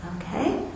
Okay